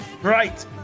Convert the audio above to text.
Right